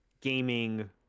gaming